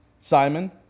Simon